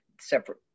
separate